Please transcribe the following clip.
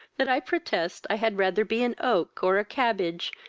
that i protest i had rather be an oak, or a cabbage,